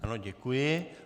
Ano, děkuji.